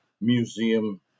museum